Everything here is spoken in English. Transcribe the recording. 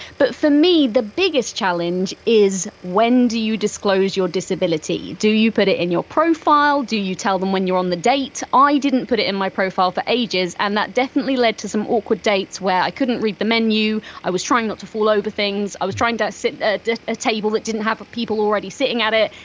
but, for me, the biggest challenge is when do you disclose your disability? do you put it in your profile, do you tell them when you're on the date? ah i didn't put it in my profile for ages and that definitely led to some awkward dates where i couldn't read the menu, i was trying not to fall over things, i was trying to sit at a table that didn't have ah people already sitting at it,